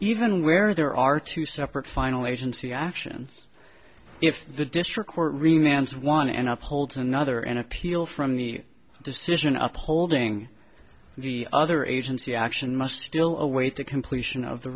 even where there are two separate final agency actions if the district court remains one and up hold another and appeal from the decision upholding the other agency action must still await the completion of the